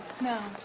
No